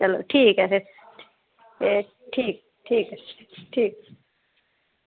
एह् ठीक ऐ फिर एह् ठीक ठीक